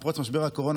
עם פרוץ משבר הקורונה,